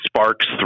Sparks